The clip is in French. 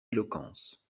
éloquence